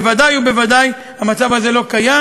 בוודאי ובוודאי המצב הזה לא קיים.